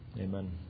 Amen